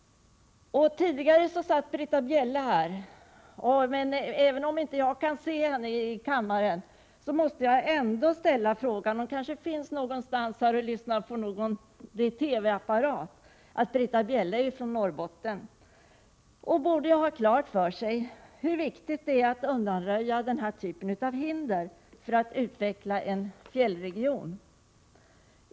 Tidigare satt Britta Bjelle här, och även om jag inte nu kan se henne i kammaren måste jag ställa en fråga till henne; hon kanske finns någonstans och lyssnar på någon TV-apparat. Britta Bjelle är ju från Norrbotten och borde ha klart för sig hur viktigt det är att undanröja den här typen av hinder för att utveckla en fjällregion.